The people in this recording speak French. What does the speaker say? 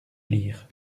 lire